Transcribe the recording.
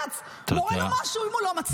ובוא נראה את בג"ץ מורה לו משהו אם הוא לא מצליח.